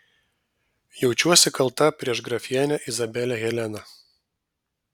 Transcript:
jaučiuosi kalta prieš grafienę izabelę heleną